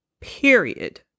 period